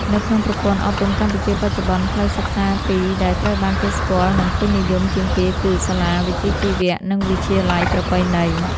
នៅក្នុងប្រព័ន្ធអប់រំកម្ពុជាបច្ចុប្បន្ន ផ្លូវសិក្សាពីរដែលត្រូវបានគេស្គាល់និងពេញនិយមជាងគេគឺ សាលាវិជ្ជាជីវៈ និង វិទ្យាល័យប្រពៃណី។